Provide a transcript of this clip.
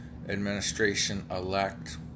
Administration-elect